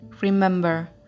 Remember